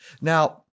Now